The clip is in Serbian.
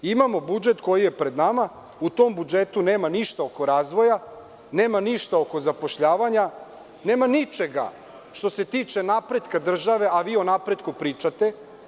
Imamo budžet, koji je pred nama, i u tom budžetu nema ništa oko razvoja, nema ništa oko zapošljavanja, nema ničega što se tiče napretka države, a vi o napretku pričate.